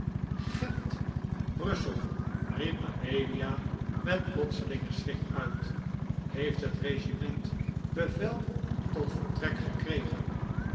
gent brussel riep amelia met plotselingen schrik uit heeft het regiment bevel tot vertrek gekregen